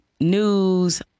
news